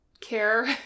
care